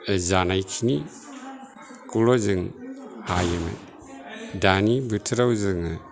जानायखिनि खौल' जों हायोमोन दानि बोथोराव जोङो